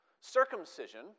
Circumcision